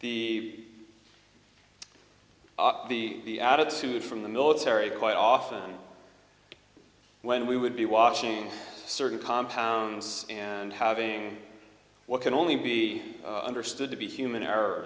the the the attitude from the military quite often when we would be watching certain compounds and having what can only be understood to be human